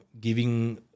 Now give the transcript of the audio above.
giving